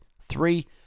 Three